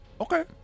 Okay